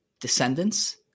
descendants